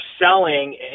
selling